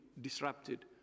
disrupted